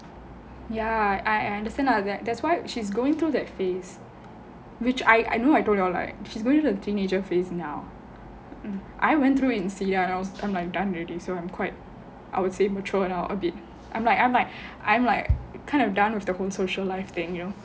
ya I understand that that's why she's going through that phase which I think I told you all right like she's going through the teenager phase now and I went through it in C_R and I'm done already so I'm quite I would say mature and err a bit I'm like I'm like I'm like kind of done with the whole social life thing you know